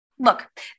look